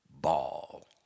Ball